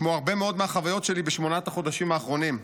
כמו הרבה מאוד מהחוויות שלי בשמונת החודשים האחרונים.